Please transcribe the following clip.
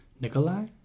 Nikolai